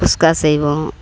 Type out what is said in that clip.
குஸ்கா செய்வோம்